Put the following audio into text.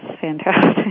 fantastic